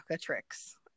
tricks